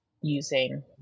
using